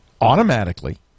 Automatically